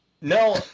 No